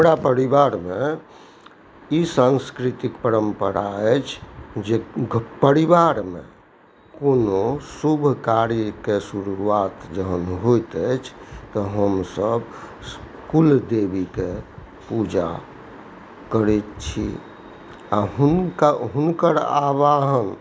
हमरा परिवारमे ई सांस्कृतिक परम्परा अछि जे ख्इन्र्र परिवारमे कोनो शुभ कार्यके शुरुआत जहन होइत अछि तऽ हमसब कुलदेवीके पूजा करैत छी आओर हुनका हुनकर आवाहन